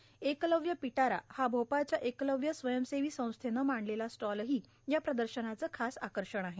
एकलव्य पिटारा हा भोपाळव्या एकलव्य स्वयंसेवी संस्थेनं मांडलेला स्टॉलही या प्रदर्शनाचं खास आकर्षण आहे